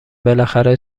بالاخره